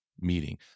meeting